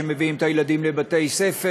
שמביאים את הילדים לבתי-ספר,